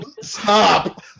Stop